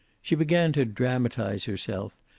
she began to dramatize herself,